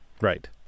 Right